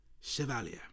Chevalier